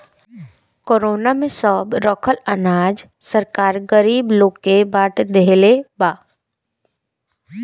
corona में सब रखल अनाज सरकार गरीब लोग के बाट देहले बा